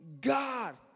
God